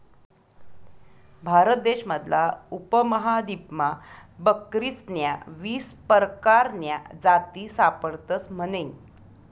भारत देश मधला उपमहादीपमा बकरीस्न्या वीस परकारन्या जाती सापडतस म्हने